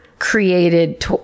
created